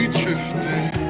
drifting